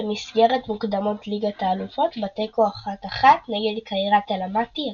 במסגרת מוקדמות ליגת האלופות בתיקו 1–1 נגד קאיראט אלמטי הקזחית.